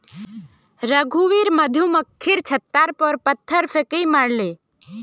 रघुवीर मधुमक्खीर छततार पर पत्थर फेकई मारले